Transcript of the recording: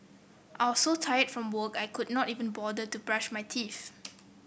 I was so tired from work I could not even bother to brush my teeth